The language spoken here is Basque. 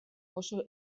oso